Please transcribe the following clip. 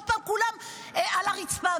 ועוד פעם כולם על הרצפה.